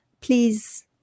please